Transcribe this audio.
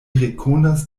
rekonas